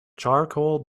charcoal